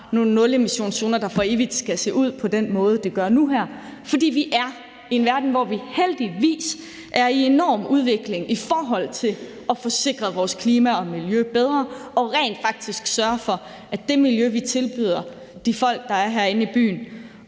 nogle nulemissionszoner, der for evigt skal se ud på den måde, de gør nu her. For vi er i en verden, hvor vi heldigvis er i enorm udvikling i forhold til at få sikret vores klima og miljø bedre og rent faktisk sørge for, at det miljø, vi tilbyder de folk, der er herinde i byen,